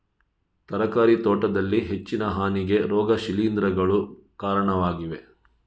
ತರಕಾರಿ ತೋಟದಲ್ಲಿ ಹೆಚ್ಚಿನ ಹಾನಿಗೆ ರೋಗ ಶಿಲೀಂಧ್ರಗಳು ಕಾರಣವಾಗಿವೆ